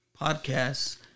podcasts